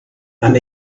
and